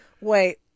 Wait